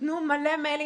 תנו מלא מיילים,